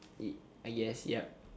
y~ yes yep